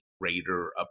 greater